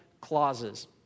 clauses